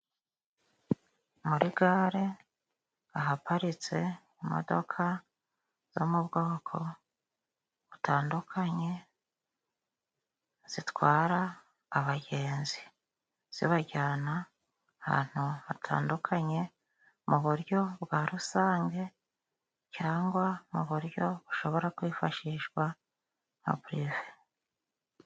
Muri gare ahaparitse imodoka zo mu bwoko butandukanye, zitwara abagenzi zibajyana ahantu hatandukanye, mu buryo bwa rusange cyangwa mu buryo bushobora kwifashishwa nka pirive.